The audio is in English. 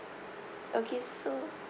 okay so